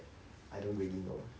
I don't really know